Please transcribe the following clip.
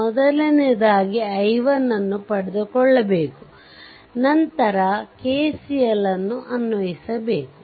ಮೊದಲನೆಯದಾಗಿ i1 ಅನ್ನು ಪಡೆದುಕೊಳ್ಳಬೇಕು ನಂತರ KCL ಅನ್ವಯಿಸ ಬೇಕು